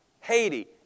Haiti